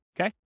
Okay